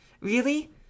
Really